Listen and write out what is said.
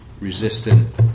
resistant